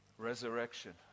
resurrection